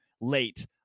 late